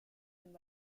and